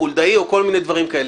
חולדאי או כל מיני דברים כאלה.